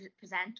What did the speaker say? present